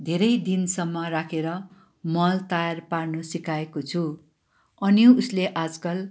धेरै दिनसम्म राखेर मल तायार पार्नु सिकाएको छु अनि उसले आजकल